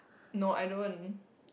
no I don't